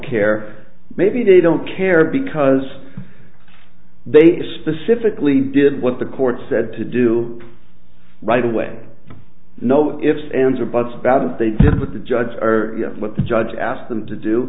care maybe they don't care because they specifically did what the court said to do right away no ifs ands or buts about if they did what the judges are what the judge asked them to do